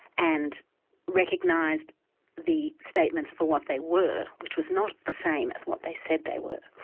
and recognised the statements for what they were, which was not the same as what they said they were.